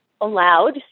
allowed